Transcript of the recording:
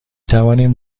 توانیم